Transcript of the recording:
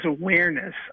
awareness